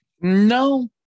no